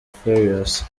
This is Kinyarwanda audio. farious